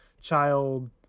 child